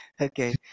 okay